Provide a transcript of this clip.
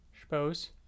Suppose